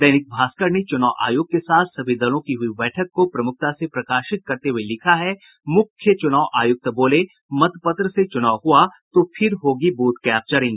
दैनिक भास्कर ने चुनाव आयोग के साथ सभी दलों की हुई बैठक को प्रमुखता से प्रकाशित करते हुये लिखा है मुख्य चुनाव आयुक्त बोले मतपत्र से चुनाव हुआ तो फिर होगी बूथ कैप्चरिंग